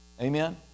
Amen